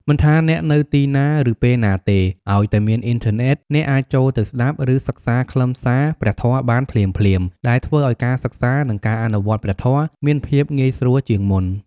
មិនថាអ្នកនៅទីណា ឬពេលណាទេ ឱ្យតែមានអ៊ីនធឺណិត អ្នកអាចចូលទៅស្តាប់ ឬសិក្សាខ្លឹមសារព្រះធម៌បានភ្លាមៗ ដែលធ្វើឱ្យការសិក្សា និងការអនុវត្តព្រះធម៌មានភាពងាយស្រួលជាងមុន។